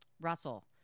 Russell